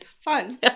fun